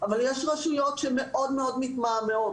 אבל יש רשויות שמאוד מאוד מתמהמהות.